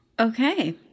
Okay